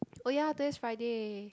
oh ya today's Friday